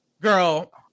Girl